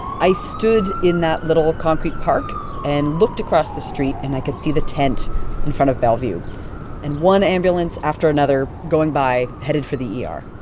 i stood in that little concrete park and looked across the street. and i could see the tent in front of bellevue and one ambulance after another going by, headed for the er